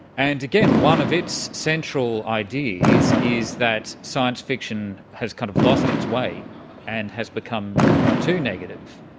and again, one of its central ideas is that science fiction has kind of lost its way and has become too negative,